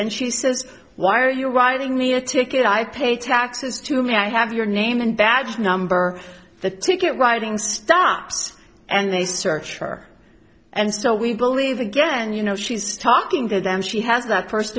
and she says why are you writing me a ticket i pay taxes to me i have your name and badge number the ticket writing stops and they search for and so we believe again you know she's talking to them she has that first